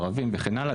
ערבים וכן הלאה.